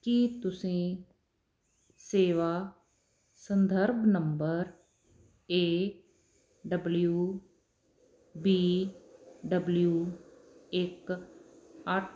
ਕੀ ਤੁਸੀਂ ਸੇਵਾ ਸੰਦਰਭ number A W B W ਇੱਕ ਅੱਠ